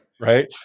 right